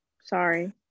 sorry